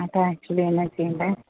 അത് ആക്ച്യുലി എന്താണ് ചെയ്യേണ്ടത്